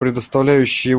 предоставляющие